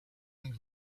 and